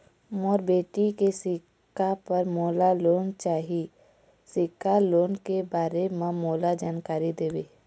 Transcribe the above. मोर बेटी के सिक्छा पर मोला लोन चाही सिक्छा लोन के बारे म मोला जानकारी देव?